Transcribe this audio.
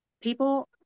people